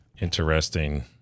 interesting